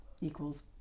Equals